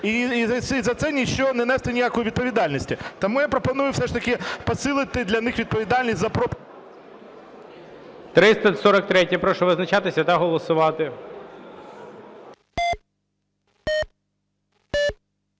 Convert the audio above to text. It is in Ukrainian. і за це ніщо, не нести ніякої відповідальності. Тому я пропоную все ж таки посилити для них відповідальність за… ГОЛОВУЮЧИЙ. 343-я. Прошу визначатися та голосувати.